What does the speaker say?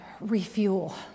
Refuel